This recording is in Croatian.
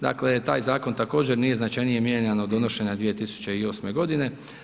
Dakle, taj zakon također nije značajnije mijenjan od donošenja 2008. godine.